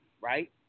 right